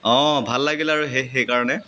অঁ ভাল লাগিল আৰু সেই সেইকাৰণে